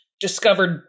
discovered